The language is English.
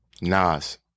Nas